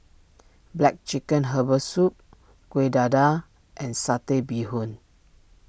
Black Chicken Herbal Soup Kuih Dadar and Satay Bee Hoon